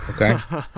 Okay